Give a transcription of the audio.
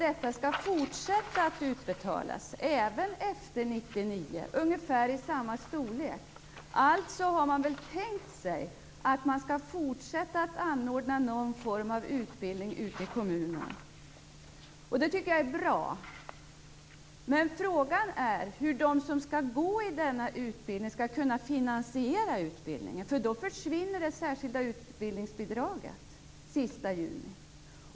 Detta bidrag skall fortsätta att utbetalas även efter 1999 med ungefär samma belopp. Alltså har man väl tänkt sig att man skall fortsätta att anordna någon form av utbildning ute i kommunerna. Det tycker jag är bra. Men frågan är hur de som skall delta i denna utbildning skall kunna finansiera den, eftersom det särskilda utbildningsbidraget försvinner den sista juni.